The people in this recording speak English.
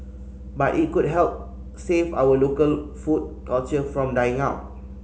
but it could help save our local food culture from dying out